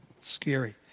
scary